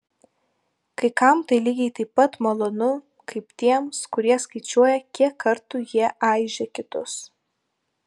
kai kam tai lygiai taip pat malonu kaip tiems kurie skaičiuoja kiek kartų jie aižė kitus